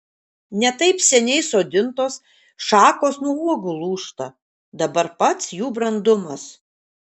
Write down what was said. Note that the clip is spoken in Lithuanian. ne taip seniai sodintos šakos nuo uogų lūžta dabar pats jų brandumas